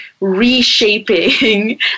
reshaping